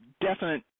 definite